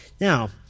Now